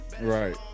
Right